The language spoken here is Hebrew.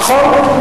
נכון.